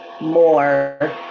more